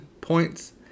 points